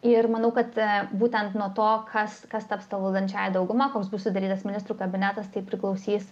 ir manau kad būtent nuo to kas kas taps ta valdančiąja dauguma koks bus sudarytas ministrų kabinetas tai priklausys